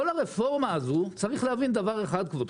כל הרפורמה הזאת, צריך להבין דבר אחד, כבודכם,